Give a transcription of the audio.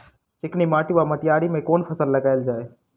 चिकनी माटि वा मटीयारी मे केँ फसल लगाएल जाए?